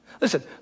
Listen